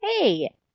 hey